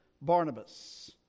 Barnabas